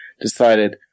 decided